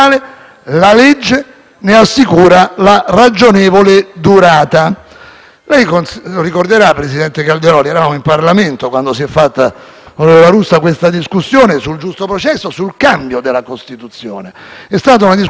ne assicura la ragionevole durata». Lei ricorderà, presidente Calderoli, perché eravamo già in Parlamento, quando si è svolta questa discussione sul giusto processo e sul cambio della Costituzione. È stata una discussione importante.